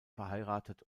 verheiratet